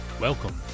Welcome